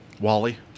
wally